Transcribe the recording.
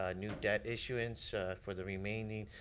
ah new debt issuance for the remaining